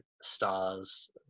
*Stars*